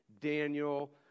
Daniel